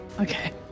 Okay